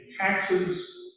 taxes